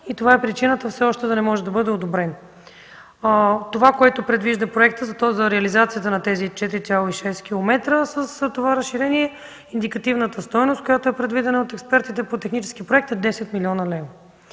Това е причината все още да не може да бъде одобрен. Това, което предвижда проектът за реализацията на тези 4,6 километра – с разширението, индикативната стойност, която е предвидена от експертите по технически проект, е 10 млн. лв.